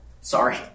Sorry